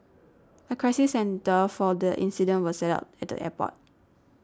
a crisis centre for the incident was set up at the airport